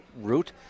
route